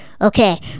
okay